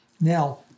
Now